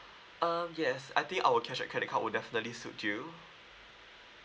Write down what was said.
um yes I think our cashback credit card would definitely suit you